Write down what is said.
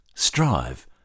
strive